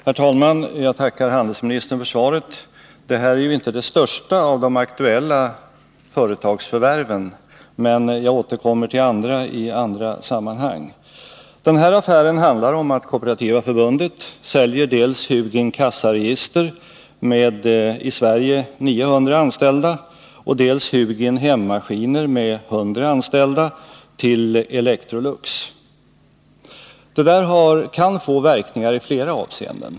Herr talman! Jag tackar handelsministern för svaret. Det här är ju inte det största av de aktuella företagsförvärven. Jag återkommer till andra i andra sammanhang. Den här affären handlar om att Kooperativa förbundet säljer dels Hugin Kassaregister med 900 anställda i Sverige, dels Hugin Hemmaskiner med 100 anställda till Electrolux. Det kan få verkningar i flera avseenden.